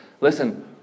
listen